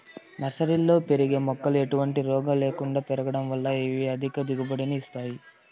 నర్సరీలలో పెరిగిన మొక్కలు ఎటువంటి రోగము లేకుండా పెరగడం వలన ఇవి అధిక దిగుబడిని ఇస్తాయి